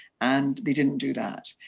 and they didn't do that.